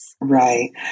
Right